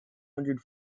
hundred